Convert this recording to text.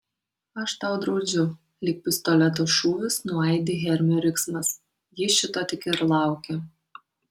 aš tau draudžiu lyg pistoleto šūvis nuaidi hermio riksmas ji šito tik ir laukia